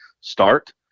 start